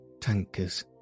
tankers